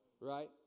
right